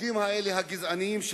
החוקים הגזעניים האלה,